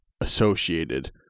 associated